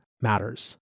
matters